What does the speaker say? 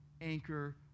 anchor